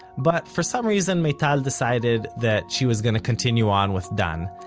but for some reason, meital decided that she was gonna continue on with dan,